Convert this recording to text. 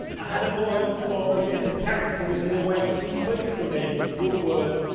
i had a blind spot, because the character was in a way, too close to me, your words,